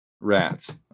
rats